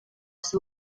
seu